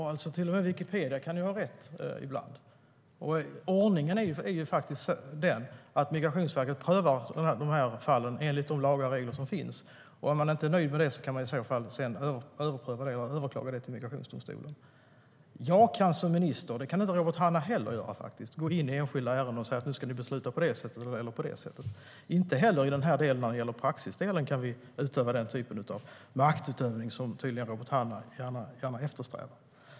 Herr talman! Till och med Wikipedia kan ha rätt ibland. Och ordningen är faktiskt den att Migrationsverket prövar de här fallen enligt de lagar och regler som finns. Om man inte är nöjd med det kan man sedan överpröva det och överklaga det till migrationsdomstolen. Jag kan inte som minister - det kan inte Robert Hannah heller - gå in i enskilda ärenden och säga: Nu ska ni besluta på det sättet eller på det sättet. Inte heller när det gäller praxisdelen kan vi utöva den typen av maktutövning som Robert Hannah tydligen gärna eftersträvar.